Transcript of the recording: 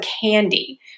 candy